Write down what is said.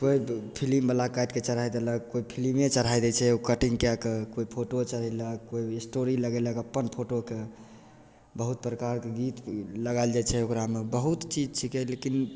कोइ फिलिमवला काटिके चढ़ै देलक कोइ फिलिमे चढ़ै दै छै कटिन्ग कै के कोइ फोटो चढ़ेलक कोइ एस्टोरी लगेलक अपन फोटोके बहुत प्रकारके गीत लगाएल जाइ छै ओकरामे बहुत चीज छिकै लेकिन